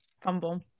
fumble